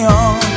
on